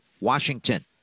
Washington